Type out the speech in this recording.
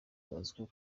bazwiho